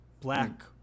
black